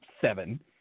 seven